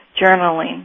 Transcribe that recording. journaling